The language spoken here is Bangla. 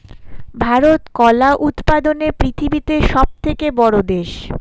ভারত কলা উৎপাদনে পৃথিবীতে সবথেকে বড়ো দেশ